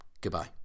Goodbye